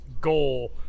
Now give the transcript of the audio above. goal